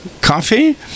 coffee